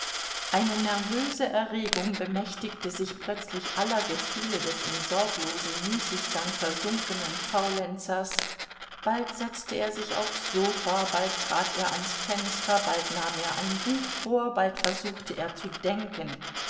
eine nervöse erregung bemächtigte sich plötzlich aller gefühle des in sorglosen müßiggang versunkenen faulenzers bald setzte er sich aufs sofa bald trat er ans fenster bald nahm er ein buch vor bald versuchte er zu denken